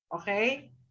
Okay